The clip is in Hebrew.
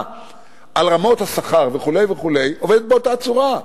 על רמות השכר וכו' וכו' עובדת באותה צורה.